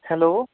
hello